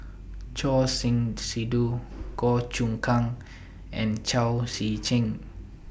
Choor Singh Sidhu Goh Choon Kang and Chao Tzee Cheng